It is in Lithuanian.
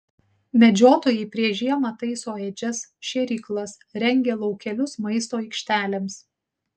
medžiotojai prieš žiemą taiso ėdžias šėryklas rengia laukelius maisto aikštelėms